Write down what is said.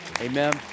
Amen